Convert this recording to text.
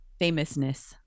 famousness